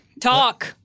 Talk